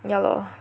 ya lor